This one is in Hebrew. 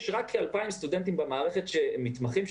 יש רק כ-2,000 סטודנטים במערכת שמתמחים,